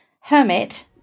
hermit